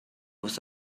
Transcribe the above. was